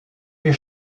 est